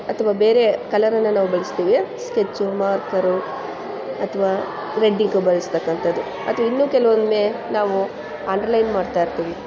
ಅಥ್ವ ಬೇರೆ ಕಲರನ್ನು ನಾವು ಬಳಸ್ತೀವಿ ಸ್ಕೆಚ್ಚು ಮಾರ್ಕರು ಅಥ್ವಾ ರೆಡ್ ಇಂಕ್ ಬಳಸ್ತಕ್ಕಂಥದ್ದು ಅಥ್ವ ಇನ್ನೂ ಕೆಲವೊಮ್ಮೆ ನಾವು ಅಂಡ್ರ್ಲೈನ್ ಮಾಡ್ತಾ ಇರ್ತೀವಿ